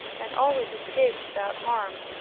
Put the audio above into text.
and always escaped without harm.